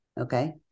okay